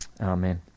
Amen